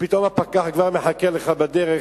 פתאום הפקח מחכה לך בדרך: